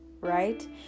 right